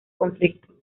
conflicto